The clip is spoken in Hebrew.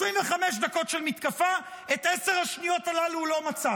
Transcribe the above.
25 דקות של מתקפה, את עשר השניות הללו הוא לא מצא